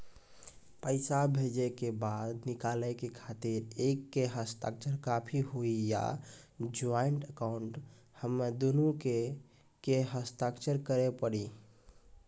पैसा भेजै के बाद निकाले के खातिर एक के हस्ताक्षर काफी हुई या ज्वाइंट अकाउंट हम्मे दुनो के के हस्ताक्षर करे पड़ी?